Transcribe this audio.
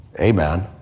Amen